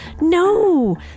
no